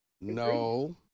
No